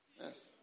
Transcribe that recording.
Yes